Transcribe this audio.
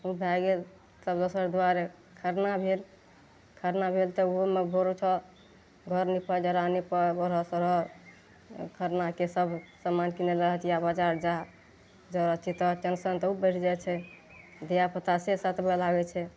उ भए गेल तब दोसर दुआरे खरना भेल खरना भेल तऽ ओहुमे भोर उठऽ घर नीपऽ डेरा नीपऽ जोरहऽ तोरहऽ खरना छियै सब सामान किनय लए हटिया बजार जा जरूरत छै तऽ टेन्शन बहुत बढ़ि जाइ छै धिया पुतासँ सतबऽ लागय छै